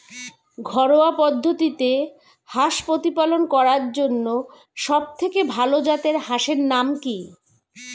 ঘরোয়া পদ্ধতিতে হাঁস প্রতিপালন করার জন্য সবথেকে ভাল জাতের হাঁসের নাম কি?